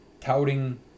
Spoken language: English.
touting